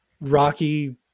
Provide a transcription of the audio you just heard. rocky